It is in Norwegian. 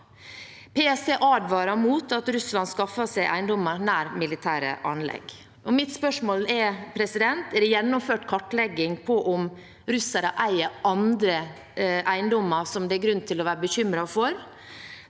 PST advarer mot at Russland skaffer seg eiendommer nær militære anlegg. Mitt spørsmål er: Er det gjennomført kartlegging av om russere eier andre eiendommer som det er grunn til å være bekymret for?